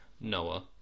Noah